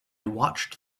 watched